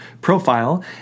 profile